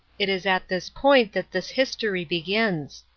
it is at this point that this history begins.